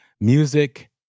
music